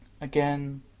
again